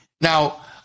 Now